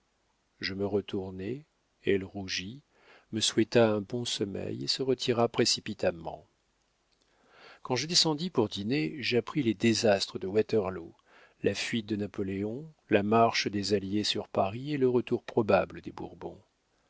je me retournai elle rougit me souhaita un bon sommeil et se retira précipitamment quand je descendis pour dîner j'appris les désastres de waterloo la fuite de napoléon la marche des alliés sur paris et le retour probable des bourbons